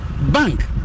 bank